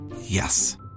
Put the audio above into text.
Yes